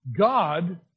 God